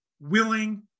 willing